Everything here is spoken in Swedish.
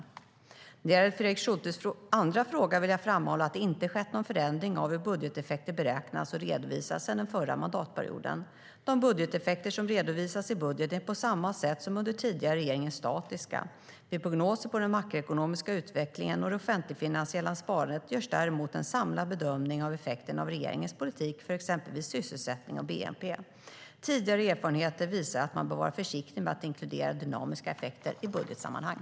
När det gäller Fredrik Schultes andra fråga vill jag framhålla att det inte skett någon förändring av hur budgeteffekter beräknas och redovisas sedan den förra mandatperioden. De budgeteffekter som redovisas i budgeten är på samma sätt som under tidigare regering statiska. Vid prognoser på den makroekonomiska utvecklingen och det offentligfinansiella sparandet görs däremot en samlad bedömning av effekterna av regeringens politik för exempelvis sysselsättning och bnp. Tidigare erfarenheter visar att man bör vara försiktig med att inkludera dynamiska effekter i budgetsammanhang.